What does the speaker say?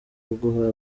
kuguha